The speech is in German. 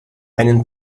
einen